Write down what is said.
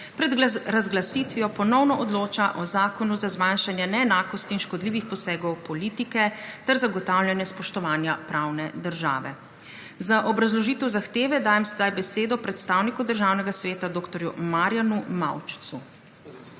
pred razglasitvijo ponovno odloča o Zakonu za zmanjšanje neenakosti in škodljivih posegov politike ter zagotavljanje spoštovanja pravne države. Za obrazložitev zahteve dajem sedaj besedo predstavniku Državnega sveta dr. Marjanu Maučcu.